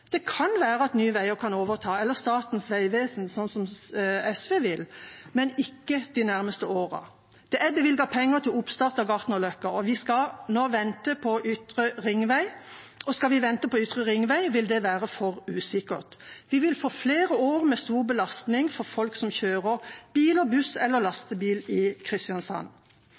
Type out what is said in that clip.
Det kan være at Nye Veier kan overta – eller Statens vegvesen, sånn som SV vil – men ikke de nærmeste årene. Det er bevilget penger til oppstart av Gartnerløkka, og skal vi nå vente på Ytre ringvei, vil det være for usikkert. Vi vil få flere år med stor belastning for folk som kjører bil, buss eller lastebil i Kristiansand.